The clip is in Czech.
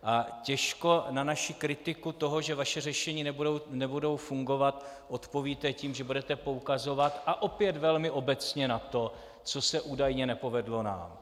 A těžko na naši kritiku toho, že vaše řešení nebudou fungovat, odpovíte tím, že budete poukazovat, a opět velmi obecně, na to, co se údajně nepovedlo nám.